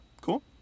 Cool